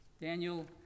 Daniel